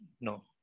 No